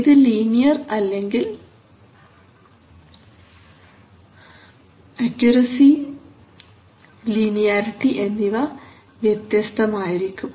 ഇത് ലീനിയർ അല്ലെങ്കിൽ accuracy linearity എന്നിവ വ്യത്യസ്തമായിരിക്കും